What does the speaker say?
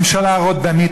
ממשלה רודנית,